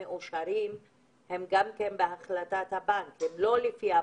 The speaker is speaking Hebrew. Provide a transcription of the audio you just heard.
שמאושרים הם לפי החלטת הבנק, לא לפי הבקשה?